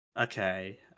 Okay